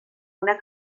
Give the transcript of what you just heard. una